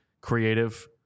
creative